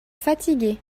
fatigué